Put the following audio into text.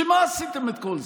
בשביל מה עשיתם את כל זה?